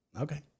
okay